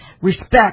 respect